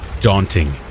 daunting